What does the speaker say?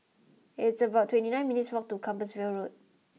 it's about twenty nine minutes' walk to Compassvale Road